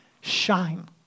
Shine